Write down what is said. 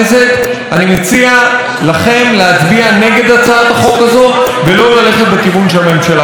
אני מציע לכם להצביע נגד הצעת החוק הזו ולא ללכת בכיוון שהממשלה מציעה.